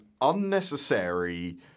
unnecessary